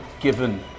given